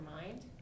mind